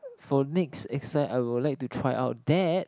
for next exercise I would like to try out that